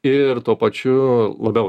ir tuo pačiu labiau